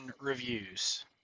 reviews